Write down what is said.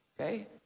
Okay